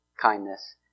kindness